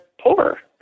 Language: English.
poor